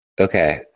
okay